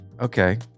okay